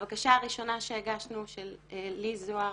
את הבקשה הראשונה שהגשנו של לי זוהר,